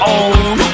own